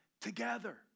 together